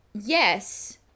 yes